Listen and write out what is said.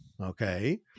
Okay